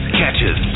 catches